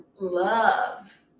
love